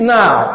now